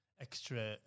extra